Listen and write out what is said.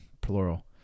plural